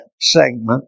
segment